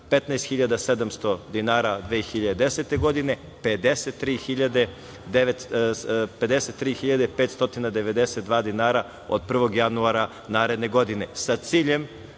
15.700 dinara 2010. godine, a 53.592 dinara od 1. januara naredne godine